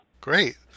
Great